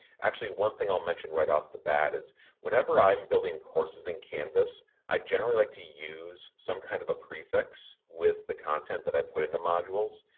actually one thing i'll mention right off the bat is whenever i'm building courses in canvas i'd generally like to use some kind of a prefix with the content that i put in the modules.